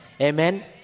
Amen